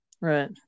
right